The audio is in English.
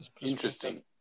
Interesting